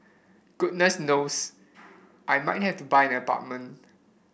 goodness knows I might have to buy an apartment